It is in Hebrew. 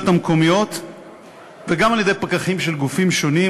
המקומיות וגם על-ידי פקחים של גופים שונים,